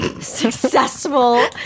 successful